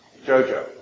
Jojo